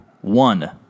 one